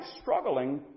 struggling